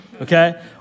okay